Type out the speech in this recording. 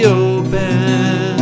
open